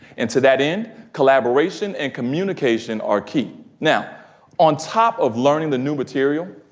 and to that end collaboration and communication are key. now on top of learning the new material,